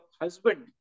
husband